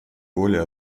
более